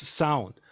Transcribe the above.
sound